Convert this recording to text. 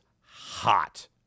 hot